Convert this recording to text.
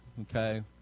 okay